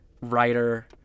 writer